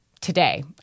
today